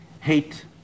hate